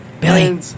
Billy